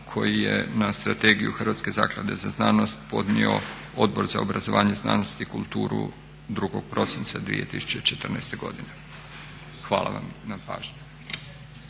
koji je na Strategiju Hrvatske zaklade za znanost podnio Odbor za obrazovanje, znanost i kulturu 2.prosinca 2014.godine. Hvala vam na pažnji.